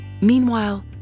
Meanwhile